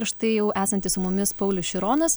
ir štai jau esantis su mumis paulius šironas